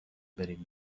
بریم